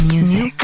Music